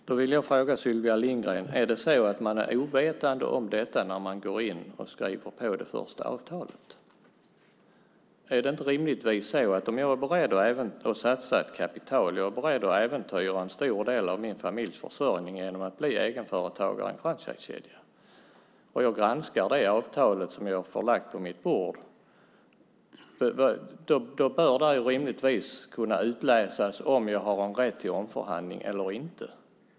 Herr talman! Jag vill fråga Sylvia Lindgren om man är ovetande om detta när man skriver på det första avtalet. Om jag är beredd att satsa ett kapital, äventyra en stor del av min familjs försörjning genom att bli egenföretagare i en franchisekedja och granskar det avtal som jag fått på mitt bord bör jag rimligtvis kunna utläsa om jag har rätt till omförhandling eller inte.